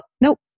nope